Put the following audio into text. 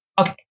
okay